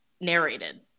narrated